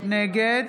נגד